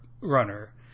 runner